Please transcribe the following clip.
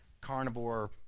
carnivore